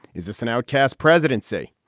is this an outcast presidency?